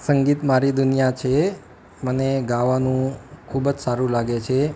સંગીત મારી દુનિયા છે મને ગાવાનું ખૂબ જ સારું લાગે છે